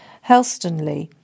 Helstonleigh